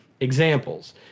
examples